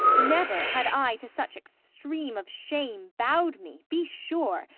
never had i to such extreme of shame bowed me, be sure,